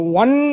one